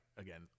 again